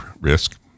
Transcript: risk